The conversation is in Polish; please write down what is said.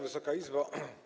Wysoka Izbo!